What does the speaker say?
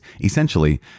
essentially